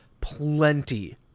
plenty